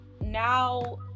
now